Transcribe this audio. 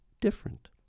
different